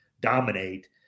dominate